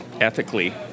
ethically